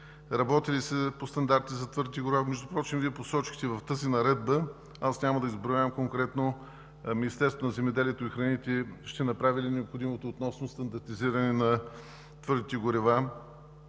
Работи ли се по стандартите за твърдите горива? Междупрочем Вие посочихте в тази наредба, няма да изброявам конкретно, Министерството на земеделието, храните и горите ще направи ли необходимото относно стандартизиране на твърдите горива?